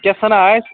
یہِ کیٛاہ سنا آسہِ